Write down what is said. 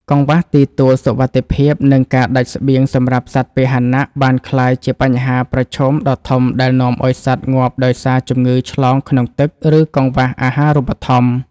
កង្វះទីទួលសុវត្ថិភាព និងការដាច់ស្បៀងសម្រាប់សត្វពាហនៈ បានក្លាយជាបញ្ហាប្រឈមដ៏ធំដែលនាំឱ្យសត្វងាប់ដោយសារជំងឺឆ្លងក្នុងទឹក ឬកង្វះអាហារូបត្ថម្ភ។